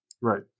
Right